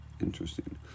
interesting